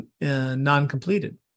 non-completed